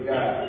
God